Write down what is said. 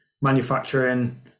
manufacturing